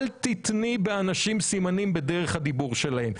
אל תתני באנשים סימנים בדרך הדיבור שלהם.